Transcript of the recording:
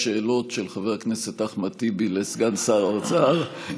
שאלות של חבר הכנסת אחמד טיבי לסגן שר האוצר.